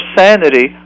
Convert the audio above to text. sanity